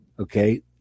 Okay